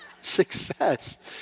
Success